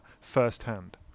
firsthand